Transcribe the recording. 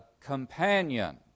companion